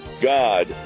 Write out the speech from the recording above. God